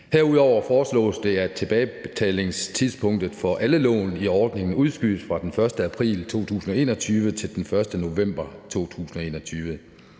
Herudover foreslås det, at tilbagebetalingstidspunktet for alle lån i ordningen udskydes fra den 1. april 2021 til den 1. november 2021.